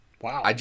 Wow